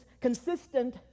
consistent